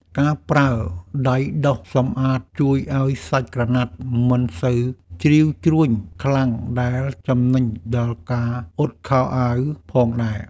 ការប្រើដៃដុសសម្អាតជួយឱ្យសាច់ក្រណាត់មិនសូវជ្រីវជ្រួញខ្លាំងដែលចំណេញដល់ការអ៊ុតខោអាវផងដែរ។